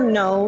no